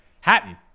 Hatton